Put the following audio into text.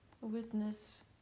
witness